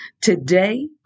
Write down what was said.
Today